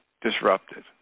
disrupted